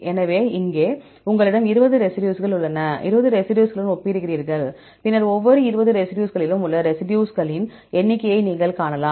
எனவே இங்கே உங்களிடம் 20 ரெசிடியூஸ்கள் உள்ளன இந்த ரெசிடியூஸ்களுடன் ஒப்பிடுகிறீர்கள் பின்னர் ஒவ்வொரு 20 ரெசிடியூஸ்களிலும் உள்ள ரெசிடியூஸ்களின் எண்ணிக்கையை நீங்கள் காணலாம்